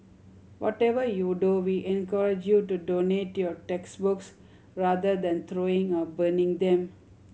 whatever you do we encourage you to donate your textbooks rather than throwing or burning them